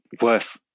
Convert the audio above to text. worth